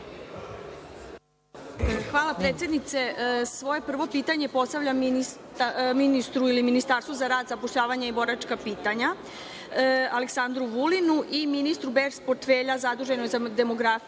Hvala predsednice. Svoje prvo pitanje postavljam Ministarstvu za rad i zapošljavanje i boračka pitanja, Aleksandru Vulinu i ministru bez portfelja, zaduženom, za demografiju,